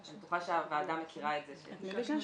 אני בטוחה שהוועדה מכירה את זה ש --- ביקשנו --- את מי ביקשנו?